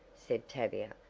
said tavia,